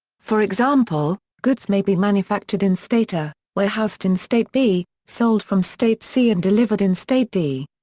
for example, goods may be manufactured in state a, warehoused in state b, sold from state c and delivered in state d.